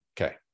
Okay